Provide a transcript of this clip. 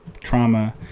trauma